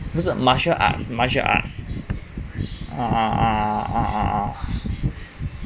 不是 martial arts martial arts uh uh uh uh uh uh